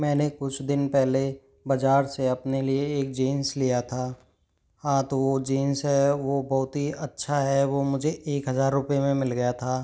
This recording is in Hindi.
मैंने कुछ दिन पहले बजार से अपने लिए एक जींस लिया था हाँ तो वो जींस है वो बहुत ही अच्छा है वो मुझे एक हजार रुपए में मिल गया था